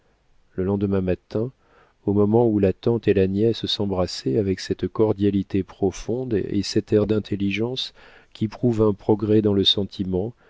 le lendemain matin au moment où la tante et la nièce s'embrassaient avec cette cordialité profonde et cet air d'intelligence qui prouvent un progrès dans le sentiment